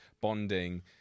bonding